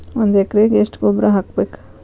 ಒಂದ್ ಎಕರೆಗೆ ಎಷ್ಟ ಗೊಬ್ಬರ ಹಾಕ್ಬೇಕ್?